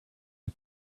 had